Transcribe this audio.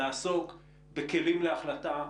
לעסוק בכלים להחלטה,